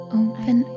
open